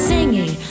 Singing